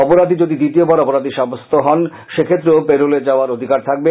অপরাধী যদি দ্বিতীয়বার অপরাধী সাব্যস্ত হন সেক্ষেত্রেও পেরোলে যাওয়ার অধিকার থাকবে